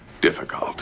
difficult